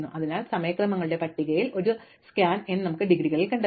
അതിനാൽ സമയക്രമത്തിലുള്ള പട്ടികയുടെ ഒരു സ്കാൻ n നമുക്ക് ഡിഗ്രികളിൽ കണ്ടെത്താം